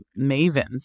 mavens